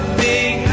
big